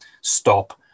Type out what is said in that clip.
stop